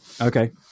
Okay